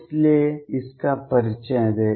इसलिए इसका परिचय दें